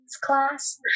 class